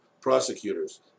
prosecutors